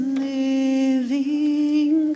living